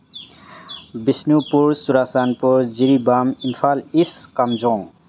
Bishnupur Churachandpur Jiribam Imphal East Kamjong